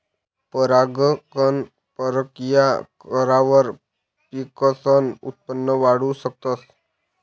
परागकण परकिया करावर पिकसनं उत्पन वाढाऊ शकतस